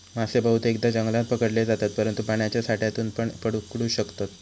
मासे बहुतेकदां जंगलात पकडले जातत, परंतु पाण्याच्या साठ्यातूनपण पकडू शकतत